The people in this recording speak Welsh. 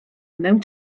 mewn